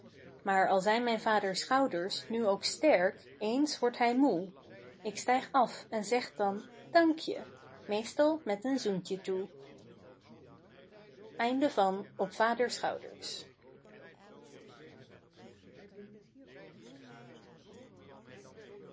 maar al zijn mijn vaders schouders nu ook sterk eens wordt hij moê ik stijg af en zeg dan dank-je meestal met een zoentje toe